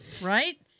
right